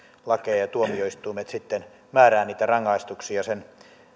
lakeja ja tuomioistuimet sitten määräävät niitä rangaistuksia sen